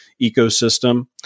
ecosystem